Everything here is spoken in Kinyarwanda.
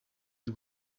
y’u